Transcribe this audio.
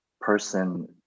person